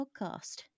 podcast